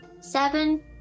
seven